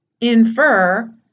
Infer